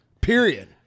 Period